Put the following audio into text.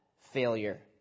failure